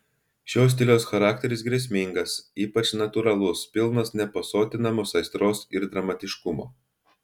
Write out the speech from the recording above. šio stiliaus charakteris grėsmingas ypač natūralus pilnas nepasotinamos aistros ir dramatiškumo